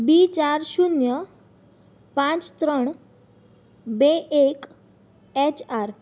બી ચાર શૂન્ય પાંચ ત્રણ બે એક એચ આર